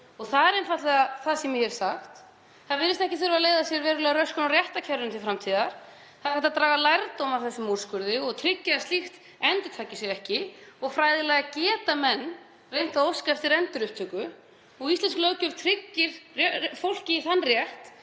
Það er einfaldlega það sem ég hef sagt. Það virðist ekki þurfa að leiða af sér verulega röskun á réttarkerfinu til framtíðar. Það er hægt að draga lærdóm af þessum úrskurði og tryggja að slíkt endurtaki sig ekki. Og fræðilega geta menn reynt að óska eftir endurupptöku, íslensk löggjöf tryggir fólki þann rétt